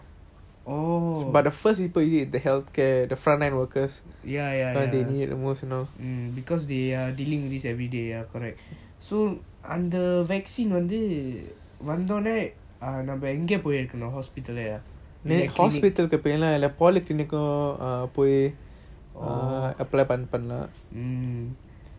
ya ya ya mm because they are dealing with this everyday ya correct so அந்த:antha vaccine வந்து வந்தோனே எங்க பொய் எடுக்கணும்:vanthu vanthoney enga poi yeadukanum hospital லய:laya oh mm mm